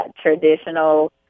traditional